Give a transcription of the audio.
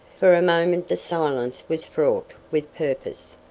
for a moment the silence was fraught with purpose.